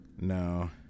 No